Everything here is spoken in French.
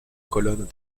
colonne